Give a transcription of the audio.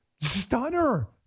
Stunner